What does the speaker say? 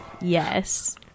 Yes